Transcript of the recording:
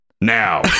now